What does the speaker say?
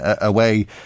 away